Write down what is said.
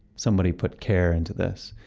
somebody put care into this.